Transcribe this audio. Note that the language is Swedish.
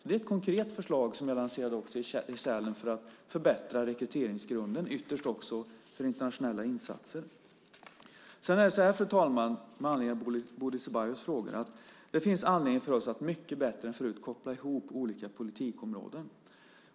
Det är ett konkret förslag som jag också lanserade i Sälen för att förbättra rekryteringsgrunden, ytterst också för internationella insatser. Fru talman! Med anledning av Bodil Ceballos frågor vill jag säga att det finns anledning för oss att mycket bättre än förut koppla ihop olika politikområden.